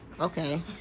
okay